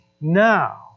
now